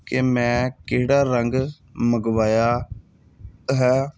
ਕਿ ਮੈਂ ਕਿਹੜਾ ਰੰਗ ਮੰਗਵਾਇਆ ਹੈ